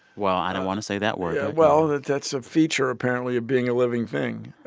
well, i don't want to say that word well, that that's a feature, apparently, of being a living thing